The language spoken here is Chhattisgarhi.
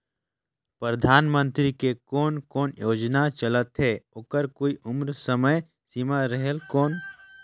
परधानमंतरी के कोन कोन योजना चलत हे ओकर कोई उम्र समय सीमा रेहेल कौन?